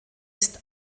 ist